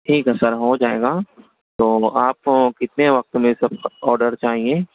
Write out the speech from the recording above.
ٹھیک ہے سر ہوجائے گا تو آپ کو کتنے وقت میں سب آڈر چاہئیں